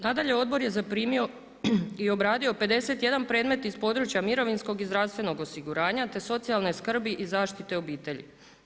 Nadalje, Odbor je zaprimio i obradio 51 predmet iz područja mirovinskog i zdravstvenog osiguranja te socijalne skrbi i zaštite obitelji.